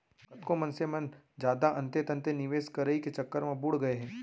कतको मनसे मन जादा अंते तंते निवेस करई के चक्कर म बुड़ गए हे